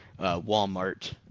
Walmart